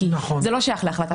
כי זה לא שייך להחלטת ממשלה.